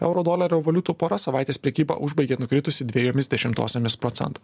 euro dolerio valiutų pora savaitės prekybą užbaigė nukritusi dvejomis dešimtosiomis procent